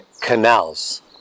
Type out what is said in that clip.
canals